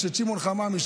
יש את שמעון חממי,